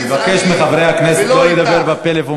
אני מבקש מחברי הכנסת לא לדבר בפלאפון